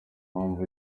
mpamvu